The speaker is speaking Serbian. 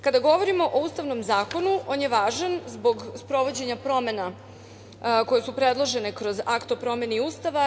Kada govorimo o Ustavnom zakonu, on je važan zbog sprovođenja promena koje su predložene kroz Akt o promeni Ustava.